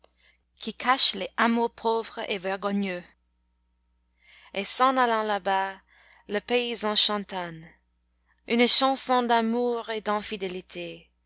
qui cache les hameaux pauvres et vergogneux et s'en allant là-bas le paysan chantonne une chanson d'amour et d'infidélité